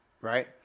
right